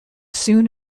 soon